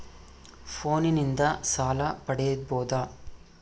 ಫೋನಿನಿಂದ ಸಾಲ ಪಡೇಬೋದ?